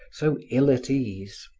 so ill at ease.